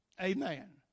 Amen